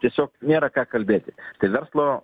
tiesiog nėra ką kalbėti tai verslo